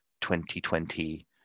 2020